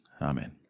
Amen